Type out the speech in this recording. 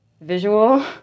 visual